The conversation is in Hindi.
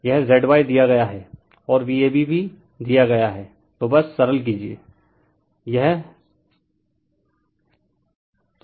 यह Z y दिया गया है और Vab भी दिया गया है